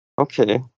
Okay